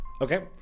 Okay